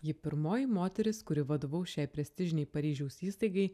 ji pirmoji moteris kuri vadovaus šiai prestižinei paryžiaus įstaigai